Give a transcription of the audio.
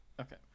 Okay